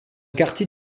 quartier